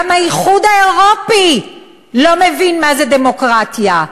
גם האיחוד האירופי לא מבין מה זו דמוקרטיה,